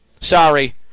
Sorry